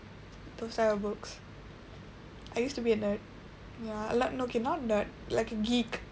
those type of books I used to be a nerd ya like okay not nerd like a geek